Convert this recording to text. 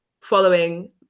following